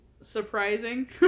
surprising